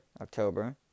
October